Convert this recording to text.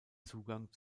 zugang